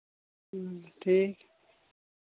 ᱦᱮᱸ ᱴᱷᱤᱠ